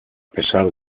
pesar